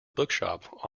bookshop